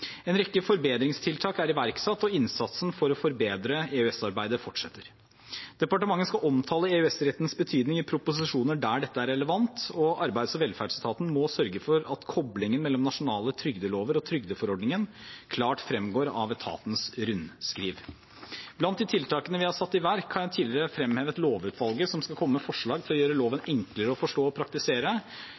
En rekke forbedringstiltak er iverksatt, og innsatsen for å forbedre EØS-arbeidet fortsetter. Departementet skal omtale EØS-rettens betydning i proposisjoner der dette er relevant, og arbeids- og velferdsetaten må sørge for at koblingen mellom nasjonale trygdelover og trygdeforordningen klart fremgår av etatens rundskriv. Blant de tiltakene vi har satt i verk, har jeg tidligere fremhevet lovutvalget som skal komme med forslag til å gjøre loven enklere å forstå og praktisere.